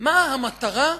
מה המטרה,